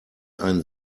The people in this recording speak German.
ein